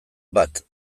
bat